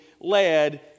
led